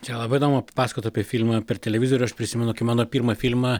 čia labai įdomu papasakot apie filmą per televizorių aš prisimenu kai mano pirmą filmą